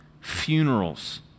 funerals